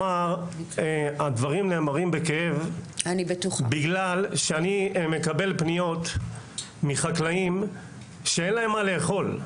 הדברים נאמרים בכאב בגלל שאני מקבל פניות מחקלאים שאין להם מה לאכול.